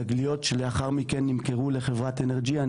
תגליות שלאחר מכן נמכרו לחברת אנרג'יאן,